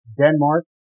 Denmark